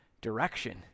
direction